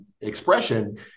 expression